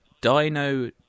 Dino